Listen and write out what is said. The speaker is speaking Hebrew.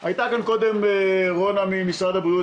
הייתה פה קודם רונה ממשרד הבריאות,